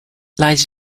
lies